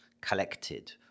collected